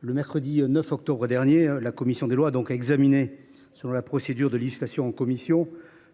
Le mercredi 9 octobre dernier, la commission des lois a examiné, selon la procédure de législation en commission,